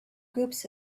groups